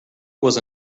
was